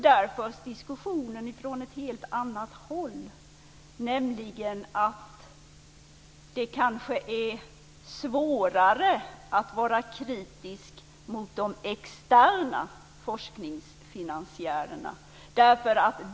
Där förs diskussionen från ett helt annat håll, nämligen att det är svårare att vara kritisk mot de externa forskningsfinansiärerna.